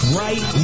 right